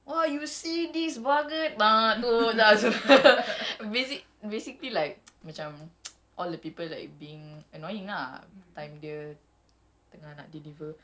oh you see this vulgar tat tut tat semua basic~ basically like macam all the people like being annoying lah time dia tengah nak deliver